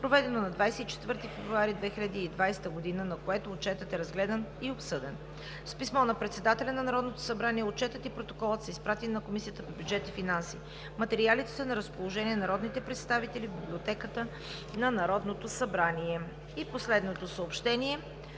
проведено на 24 февруари 2020 г., на което Отчетът е разгледан и обсъден. С писмо на председателя на Народното събрание Отчетът и Протоколът са изпратени на Комисията по бюджет и финанси. Материалите са на разположение на народните представители в Библиотеката на Народното събрание. На 27 февруари